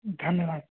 धन्यवादः